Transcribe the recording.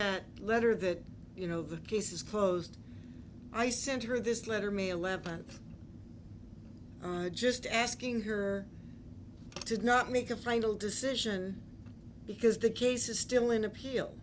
that letter that you know the case is closed i sent her this letter may eleventh just asking her to not make a final decision because the case is still in appeal